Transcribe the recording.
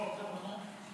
פה, פה.